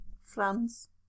France